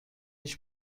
هیچ